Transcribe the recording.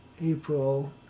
April